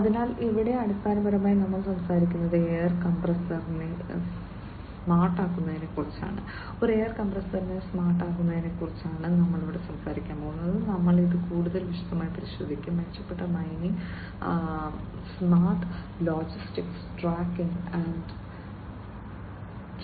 അതിനാൽ ഇവിടെ അടിസ്ഥാനപരമായി നമ്മൾ സംസാരിക്കുന്നത് എയർ കംപ്രസ്സറിനെ സ്മാർട്ടാക്കുന്നതിനെക്കുറിച്ചാണ് ഒരു എയർ കംപ്രസ്സറിനെ സ്മാർട്ടാക്കുന്നതിനെക്കുറിച്ചാണ് ഞങ്ങൾ ഇത് കൂടുതൽ വിശദമായി പരിശോധിക്കും മെച്ചപ്പെട്ട mining smart logistics tracking and tracing